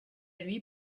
lui